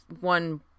one